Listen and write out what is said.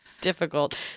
difficult